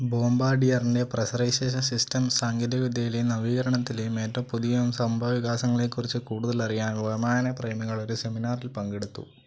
ബോംബാർഡിയർൻ്റെ pressurization systems സാങ്കേതികവിദ്യയിലെയും നവീകരണത്തിലെയും ഏറ്റവും പുതിയ സംഭവവികാസങ്ങളെക്കുറിച്ച് കൂടുതലറിയാൻ വ്യോമയാന പ്രേമികൾ ഒരു സെമിനാറിൽ പങ്കെടുത്തു